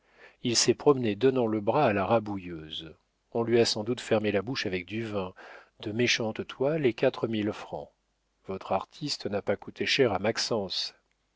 il s'est promené donnant le bras à la rabouilleuse on lui a sans doute fermé la bouche avec du vin de méchantes toiles et quatre mille francs votre artiste n'a pas coûté cher à